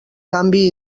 canvi